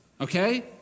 okay